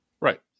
Right